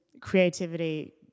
creativity